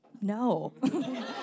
no